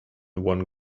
one